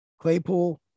Claypool